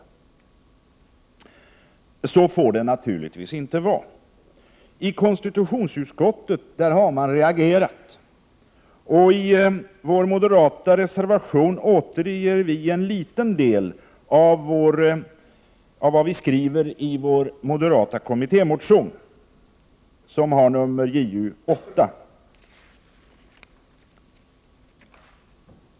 Så får det naturligtvis inte vara. I konstitutionsutskottet har man reagerat, och i vår moderata reservation återger vi en liten del av vad vi skriver i vår moderata kommittémotion, nr Ju8.